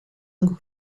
een